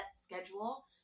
schedule